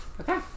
Okay